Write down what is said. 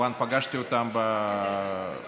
כמובן פגשתי אותם בבודפשט,